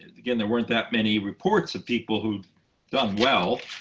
again, there weren't that many reports of people who'd done well.